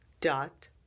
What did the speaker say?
dot